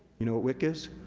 you know what wic is?